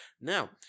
Now